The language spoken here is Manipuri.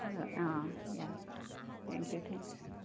ꯍꯣꯏ ꯍꯣꯏ ꯑꯥ ꯑꯥ ꯌꯥꯏ ꯊꯦꯡꯛ ꯌꯨ ꯊꯦꯡꯛ ꯌꯨ